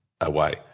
away